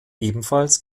ebenfalls